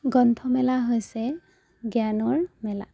গ্ৰন্থমেলা হৈছে জ্ঞানৰ মেলা